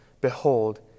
behold